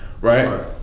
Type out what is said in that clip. right